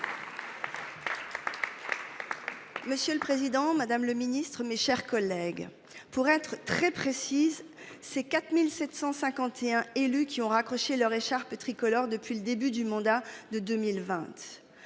Monsieur le Président Madame le Ministre, mes chers collègues. Pour être très précise ces 4751 élus qui ont raccroché leur écharpe tricolore depuis le début du mandat de 2020.